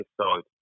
side